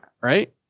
right